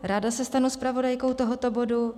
Ráda se stanu zpravodajkou tohoto bodu.